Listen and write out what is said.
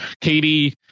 Katie